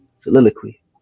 soliloquy